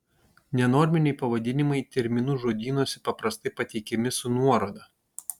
nenorminiai pavadinimai terminų žodynuose paprastai pateikiami su nuoroda